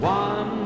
one